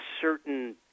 certain